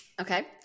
Okay